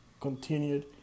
continued